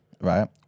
right